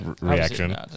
reaction